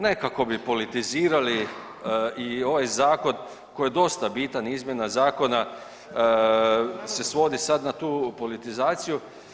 Nekako bi politizirali i ovaj zakon koji je dosta bitan, izmjena zakona se svodi sad na tu politizaciju.